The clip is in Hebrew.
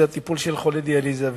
והיא הטיפול בחולי דיאליזה.